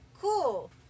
cool